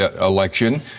election